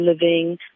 living